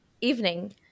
evening